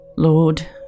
Lord